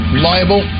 Reliable